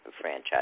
franchise